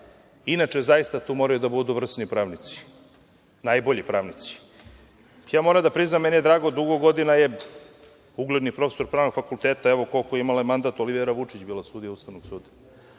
inače, zaista tu moraju da budu vrsni pravnici, najbolji pravnici. Moram da priznam, meni je drago, dugo godina je ugledni profesor pravnog fakulteta, evo, koliko ima ovaj mandat, Olivera Vučić bila sudija Ustavnog suda.